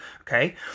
okay